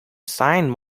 signed